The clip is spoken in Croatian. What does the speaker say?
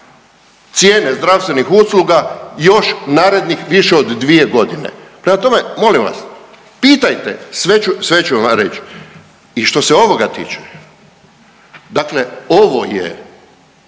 cijene zdravstvenih usluga još narednih više od 2 godine. Prema tome molim vas, pitajte, sve ću vam reći. I što se ovoga tiče, dakle ovo je